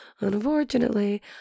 unfortunately